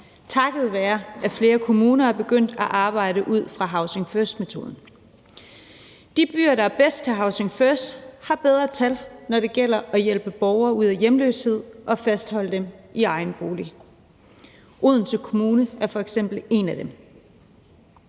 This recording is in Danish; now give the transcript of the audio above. takket være, at flere kommuner er begyndt at arbejde ud fra housing first-metoden. De kommuner, der er bedst til housing first, har bedre tal, når det gælder om at hjælpe borgere ud af hjemløshed og fastholde dem i egen bolig. Odense Kommune er f.eks. en af dem.